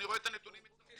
אני רואה את הנתונים מצרפת.